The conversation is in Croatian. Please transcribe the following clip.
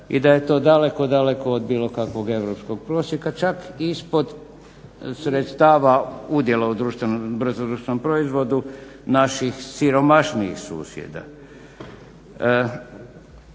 i da je to daleko, daleko od bilo kakvog europskog prosjeka čak ispod sredstava udjela u društvenom proizvodu naših siromašnijih susjeda.